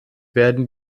werden